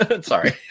Sorry